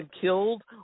killed